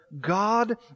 God